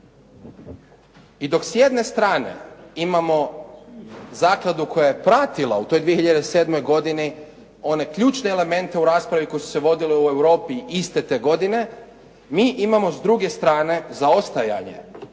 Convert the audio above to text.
I dok s jedne strane imamo zakladu koja je pratila u toj 2007. godini one ključne elemente u raspravi koje su se vodile u Europi iste te godine, mi imamo s druge strane zaostajanje